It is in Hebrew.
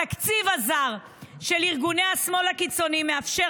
התקציב הזר של ארגוני השמאל הקיצוני מאפשר